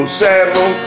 seven